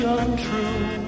untrue